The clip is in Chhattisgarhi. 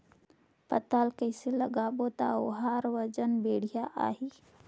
पातल कइसे लगाबो ता ओहार वजन बेडिया आही?